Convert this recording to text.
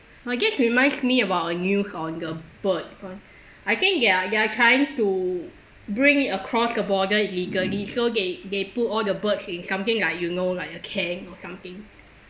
and that reminds me about a news on the bird [one] I think they are they are trying to bring it across the border illegally so they they put all the birds in something like you know like a cage or something